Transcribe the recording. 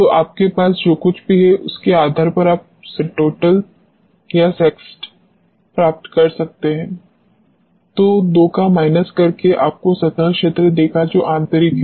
तो आपके पास जो कुछ भी है उसके आधार पर आप Stotal या Sext प्राप्त कर सकते हैं और 2 का माइनस करने पर आपको सतह क्षेत्र देगा जो आंतरिक है